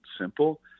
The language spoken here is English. simple